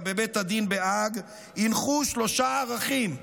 בבית הדין בהאג הנחו שלושה ערכים: